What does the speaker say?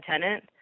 tenant